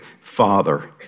father